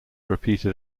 repeated